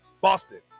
Boston